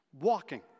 walking